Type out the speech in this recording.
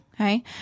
okay